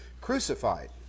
crucified